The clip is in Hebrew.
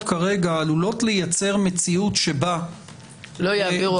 כרגע עלולות לייצר מציאות שבה -- לא יעבירו עבודה.